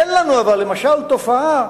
אין לנו אבל, למשל, תופעה